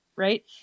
Right